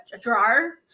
drawer